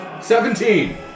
Seventeen